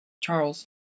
Charles